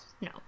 No